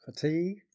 fatigue